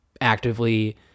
actively